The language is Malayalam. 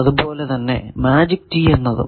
അതുപോലെ തന്നെ മാജിക് ടീ എന്നതും